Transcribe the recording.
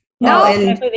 no